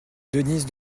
denise